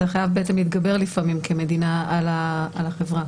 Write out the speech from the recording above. אתה חייב להתגבר לפעמים כמדינה על החברה.